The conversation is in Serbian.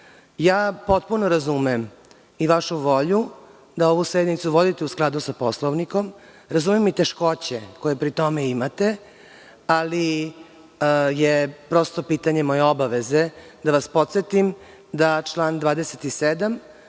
zakon. Potpuno razumem i vašu volju da ovu sednicu vodite u skladu sa Poslovnikom, razumem i teškoće koje pri tome imate, ali je prosto pitanje moje obaveze da vas podsetim da član 27.